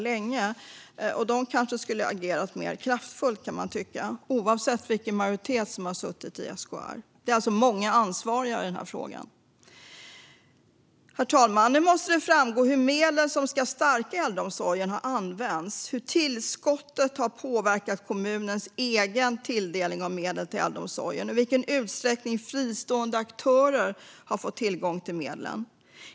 De borde kanske ha agerat mer kraftfullt, och det gäller oavsett vem som har suttit i majoritet i SKR. Det finns alltså många ansvariga i frågan. Herr talman! Det måste nu framgå hur de medel som ska stärka äldreomsorgen har använts. Hur har tillskottet påverkat kommunens tilldelning av medel till äldreomsorgen? I vilken utsträckning har fristående aktörer fått tillgång till medlen?